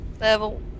Level